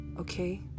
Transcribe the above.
okay